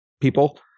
people